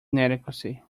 inadequacy